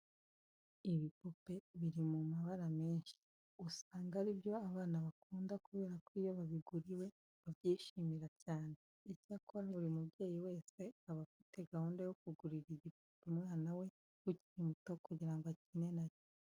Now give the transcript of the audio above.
Ibipupe biri mu mabara menshi, usanga ari byo abana bakunda kubera ko iyo babiguriwe babyishimira cyane. Icyakora buri mubyeyi wese aba afite gahunda yo kugurira igipupe umwana we ukiri muto kugira ngo akine na cyo.